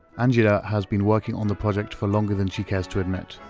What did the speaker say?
anjiera has been working on the project for longer than she cares to admit.